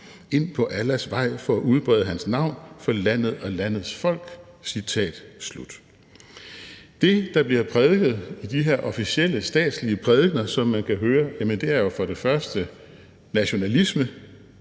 Ind på Allahs vej for at udbrede Hans navn. For landet og landets folk.« Det, der bliver prædiket i de her officielle statslige prædikener, som man kan høre, er for det første nationalisme